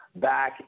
Back